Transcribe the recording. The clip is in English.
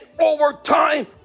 overtime